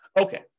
Okay